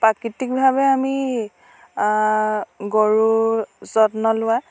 প্ৰাকৃতিকভাৱে আমি গৰুৰ যত্ন লোৱা